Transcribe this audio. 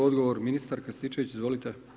Odgovor ministar Krstičević, izvolite.